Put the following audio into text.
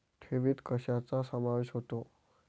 ठेवीत कशाचा समावेश होतो?